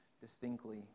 distinctly